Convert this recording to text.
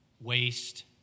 waste